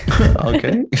Okay